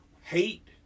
Hate